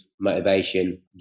motivation